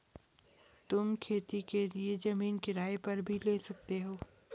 तुम खेती के लिए जमीन किराए पर भी ले सकते हो